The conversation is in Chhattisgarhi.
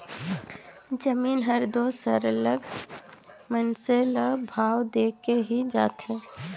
जमीन हर दो सरलग मइनसे ल भाव देके ही जाथे